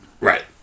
Right